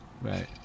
right